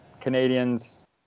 Canadians